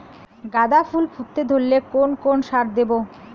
গাদা ফুল ফুটতে ধরলে কোন কোন সার দেব?